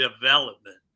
development